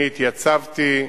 אני התייצבתי,